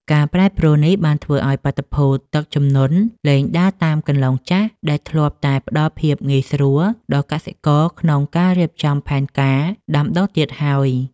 ការប្រែប្រួលនេះបានធ្វើឱ្យបាតុភូតទឹកជំនន់លែងដើរតាមគន្លងចាស់ ដែលធ្លាប់តែផ្ដល់ភាពងាយស្រួលដល់កសិករក្នុងការរៀបចំផែនការដាំដុះទៀតហើយ។